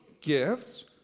gifts